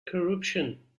corruption